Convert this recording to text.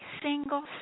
single